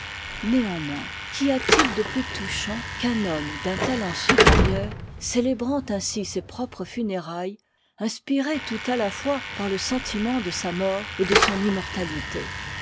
néanmoins qu'y a-t-il de plus touchant qu'un homme d'un talent supérieur célébrant ainsi ses propres funéraittes inspiré tout à la fois par le sentiment de sa mort et de son immortalité